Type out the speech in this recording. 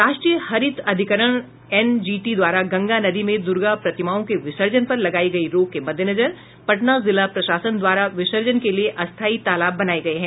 राष्ट्रीय हरित अधिकरण एनजीटी द्वारा गंगा नदी में दुर्गा प्रतिमाओं के विसर्जन पर लगायी गयी रोक के मद्देनजर पटना जिला प्रशासन द्वारा विसर्जन के लिये अस्थायी तालाब बनाये गये हैं